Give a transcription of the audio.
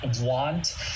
want